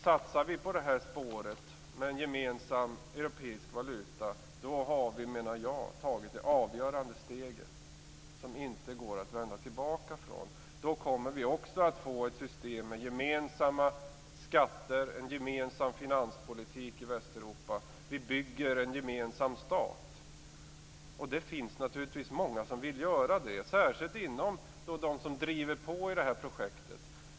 Satsar vi på spåret med en gemensam europeisk valuta har vi, menar jag, tagit det avgörande steget. Då kan vi inte vända tillbaka. Då kommer vi också att få ett system med gemensamma skatter och en gemensam finanspolitik i Västeuropa. Vi bygger en gemensam stat. Det finns naturligtvis många som vill göra det, särskilt bland dem som är pådrivande i det här projektet.